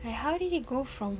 like how did it go from